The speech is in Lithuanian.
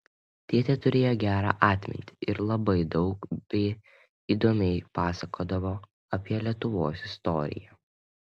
tėtė turėjo gerą atmintį ir labai daug bei įdomiai pasakodavo apie lietuvos istoriją